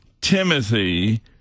Timothy